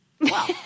Wow